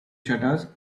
shutters